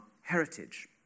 heritage